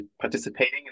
participating